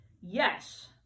yes